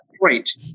great